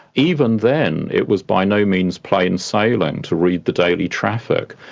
even then it was by no means plain sailing to read the daily traffic,